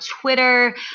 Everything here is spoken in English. Twitter